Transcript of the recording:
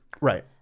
Right